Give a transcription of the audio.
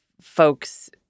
folks